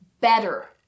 better